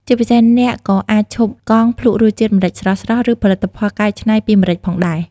ជាពិសេស អ្នកក៏អាចឈប់កង់ភ្លក់រសជាតិម្រេចស្រស់ៗ ឬផលិតផលកែច្នៃពីម្រេចផងដែរ។